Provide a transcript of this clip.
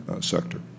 sector